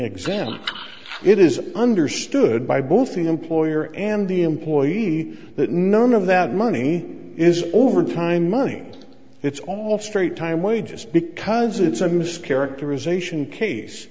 it is understood by both the employer and the employee that none of that money is overtime money it's all straight time wages because it's a mischaracterization case